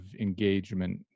engagement